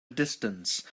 distance